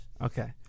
Okay